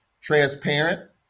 transparent